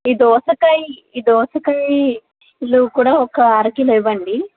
ఈ దోసకాయి ఈ దోసకాయి కిలో కూడా ఒక అర కిలో ఇవ్వండి